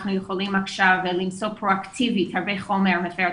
אנחנו יכולים עכשיו למצוא פרואקטיבית הרבה חומר שמפר את